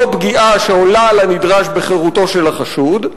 לא פגיעה שעולה על הנדרש בחירותו של החשוד,